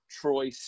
Troy